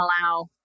allow